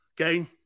Okay